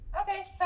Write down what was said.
Okay